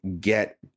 get